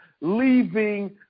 leaving